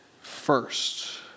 first